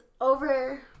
over